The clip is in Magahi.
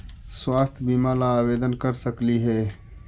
स्वास्थ्य बीमा ला आवेदन कर सकली हे?